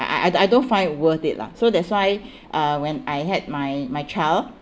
I I I don't find it worth it lah so that's why uh when I had my my child